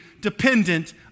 dependent